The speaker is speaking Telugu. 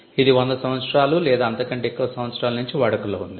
ఇది 100 సంవత్సరాలు లేదా అంతకంటే ఎక్కువ సంవత్సరాల నుంచి వాడుకలో ఉంది